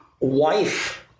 wife